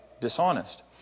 dishonest